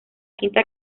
quinta